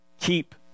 keep